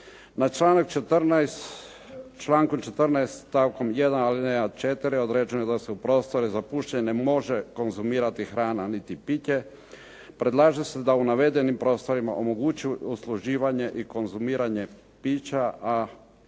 Na članak 14. Člankom 14. stavkom 1. alineja 4, određeno je da se prostori za pušenje ne može konzumirati hrana niti piće, predlaže se da u navedenim prostorima omogući usluživanje i konzumiranje pića,